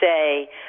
say